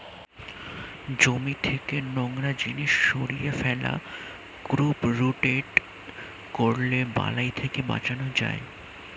জমি থেকে নোংরা জিনিস সরিয়ে ফেলা, ক্রপ রোটেট করলে বালাই থেকে বাঁচান যায়